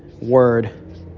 word